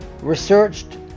researched